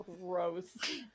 Gross